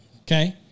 okay